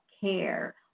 care